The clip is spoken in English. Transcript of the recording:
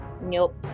Nope